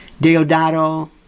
Deodato